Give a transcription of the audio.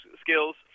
skills